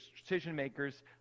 decision-makers